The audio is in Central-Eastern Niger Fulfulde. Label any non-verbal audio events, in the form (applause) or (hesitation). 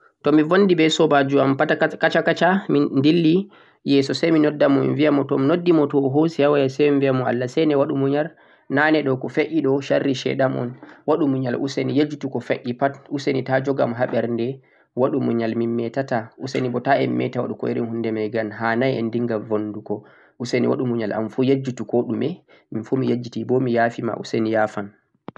to mi bonndi be soobaajo am (hesitation) kaca kaca, min dilli, yeeso say mi nodda mo mi biya mo, to mi noddi mo o hoosi ha waya say mi biya mo Allah sene waɗu muyal, naane ɗo, ko fe'ii ɗo sharri shayɗan un, waɗu muyal useni, yejjutu ko fe'ii pat useni ta jogam ha ɓernde, waɗu muyal min metata, useni bo ta en me'ta waɗugo irin huunde may ngam, ha'nay en dinnga bonndugo, useni waɗu muyal amfu yejjutu ko ɗume, min fu mi yejjiti bo mi ya'fi ma, useni ya'fam.